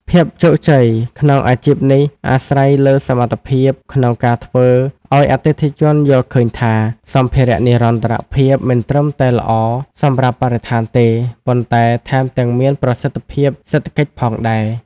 ភាពជោគជ័យក្នុងអាជីពនេះអាស្រ័យលើសមត្ថភាពក្នុងការធ្វើឱ្យអតិថិជនយល់ឃើញថា សម្ភារៈនិរន្តរភាពមិនត្រឹមតែល្អសម្រាប់បរិស្ថានទេ ប៉ុន្តែថែមទាំងមានប្រសិទ្ធភាពសេដ្ឋកិច្ចផងដែរ។